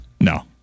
no